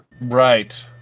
Right